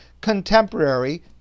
contemporary